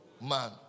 Man